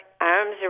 arms